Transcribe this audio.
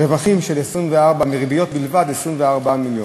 רווחים של 24, מריביות בלבד, 24 מיליון.